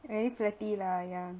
very flirty lah ya